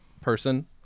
person